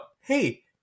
hey